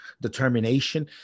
determination